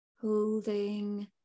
Holding